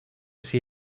see